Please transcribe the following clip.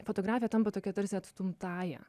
fotografija tampa tokia tarsi atstumtąja